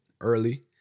early